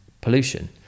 pollution